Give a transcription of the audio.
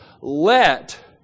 let